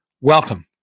Welcome